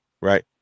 Right